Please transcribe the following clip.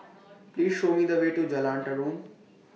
Please Show Me The Way to Jalan Tarum